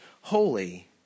holy